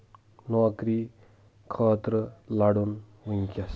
نوکری خٲطرٕ لَڈُن وٕنٛۍکیٚس